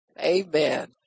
Amen